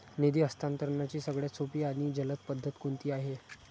निधी हस्तांतरणाची सगळ्यात सोपी आणि जलद पद्धत कोणती आहे?